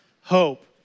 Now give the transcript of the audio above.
hope